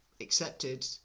accepted